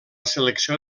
selecció